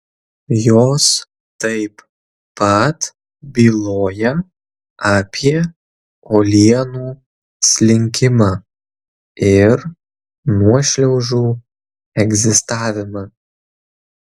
jos taip pat byloja apie uolienų slinkimą ir nuošliaužų egzistavimą